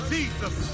Jesus